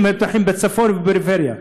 מתמחים בבתי-החולים בצפון ובפריפריה.